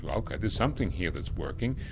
okay, there's something here that's working.